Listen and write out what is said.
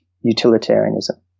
utilitarianism